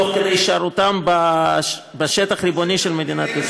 תוך כדי הישארותן בשטח הריבוני של מדינת ישראל.